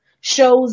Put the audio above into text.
shows